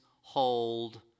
hold